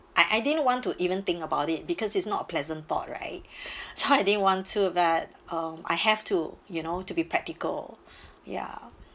I I didn't want to even think about it because it's not a pleasant thought right so I didn't want to have that um I have to you know to be practical ya